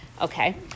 okay